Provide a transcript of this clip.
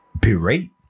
berate